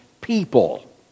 people